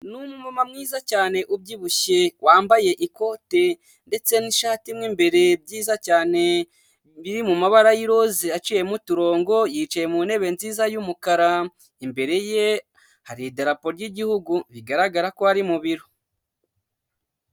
Ni umumama mwiza cyane ubyibushye wambaye ikote ndetse n'ishati mu mbere byiza cyane, biri mu mabara y'iroza aciyemo uturongo, yicaye mu ntebe nziza y'umukara, imbere ye hari idarapo ry'igihugu bigaragara ko ari mu biro.